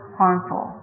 harmful